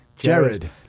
Jared